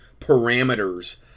parameters